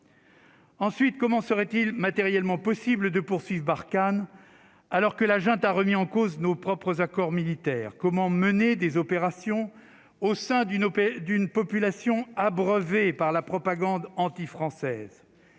Ensuite, comment serait-il matériellement possible de poursuive Barkhane alors que la junte a remis en cause nos propres accords militaires comment mener des opérations au sein d'une OPE d'une population abreuvés par la propagande anti- française,